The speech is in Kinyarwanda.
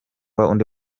undi